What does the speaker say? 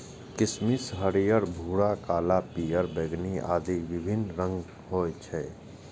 किशमिश हरियर, भूरा, काला, पीयर, बैंगनी आदि विभिन्न रंगक होइ छै